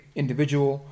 individual